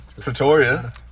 Pretoria